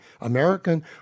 American